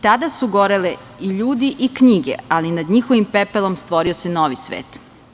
Tada su goreli i ljudi i knjige, ali nad njihovim pepelom stvorio se novi svet.